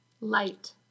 light